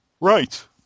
right